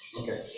Okay